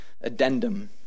addendum